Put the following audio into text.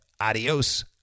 adios